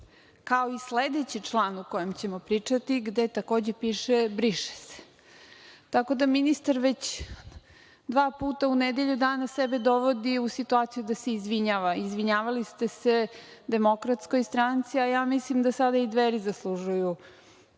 Kao i sledeći član u kojem ćemo pričati gde takođe piše – briše se. Tako da ministar već dva puta u nedelju dana sebe dovodi u situaciju da se izvinjava. Izvinjavali ste se DS, a ja mislim da sada i Dveri zaslužuju